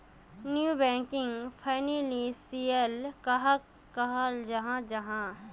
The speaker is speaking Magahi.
नॉन बैंकिंग फैनांशियल कहाक कहाल जाहा जाहा?